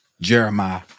Jeremiah